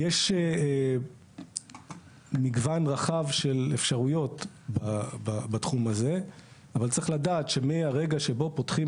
יש מגוון רחב של אפשרויות בתחום הזה אבל צריך לדעת שמהרגע שבו פותחים